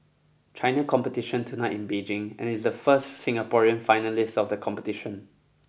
China competition tonight in Beijing and is the first Singaporean finalist of the competition